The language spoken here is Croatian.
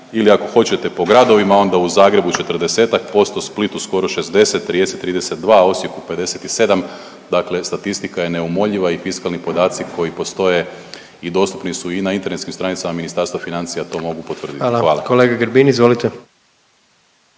ili ako hoćete po gradovima onda u Zagrebu 40-ak posto, Splitu skoro 60, Rijeci 32, Osijeku 57. Dakle, statistika je neumoljiva i fiskalni podaci koji postoje i dostupni su i na internetskim stranicama Ministarstva financija to mogu potvrditi. Hvala. **Jandroković, Gordan